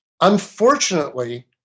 Unfortunately